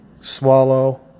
swallow